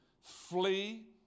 flee